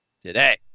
today